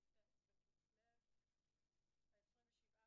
י"ט בכסלו התשע"ט,